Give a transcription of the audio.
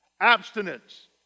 Abstinence